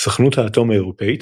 סוכנות האטום האירופית